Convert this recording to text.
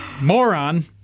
Moron